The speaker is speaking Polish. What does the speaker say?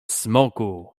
smoku